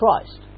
Christ